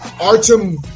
Artem